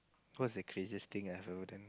what's the craziest thing I have ever done